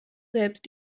selbst